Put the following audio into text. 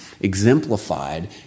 exemplified